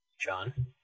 John